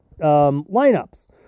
lineups